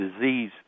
disease